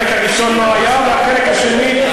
עם החלק השני,